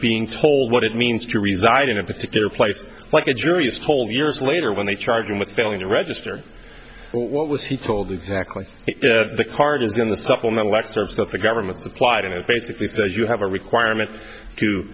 being told what it means to reside in a particular place like a jury is told years later when they charge him with failing to register what was he told exactly the card is in the supplemental excerpts that the government supplied and it basically says you have a requirement to